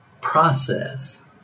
process